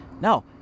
no